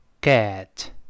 get